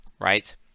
right